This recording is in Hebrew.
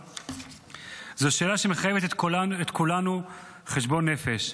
זו שאלה שמחייבת את כולנו לחשבון נפש.